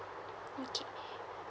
okay